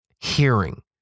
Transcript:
Hearing